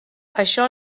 això